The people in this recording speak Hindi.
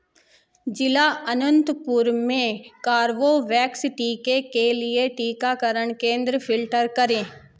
जिला अनंतपुर में कारवोवैक्स टीके के लिए टीकाकरण केंद्र फ़िल्टर करें